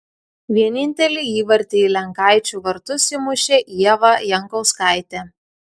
vienintelį įvartį į lenkaičių vartus įmušė ieva jankauskaitė